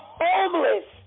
homeless